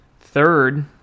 Third